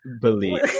believe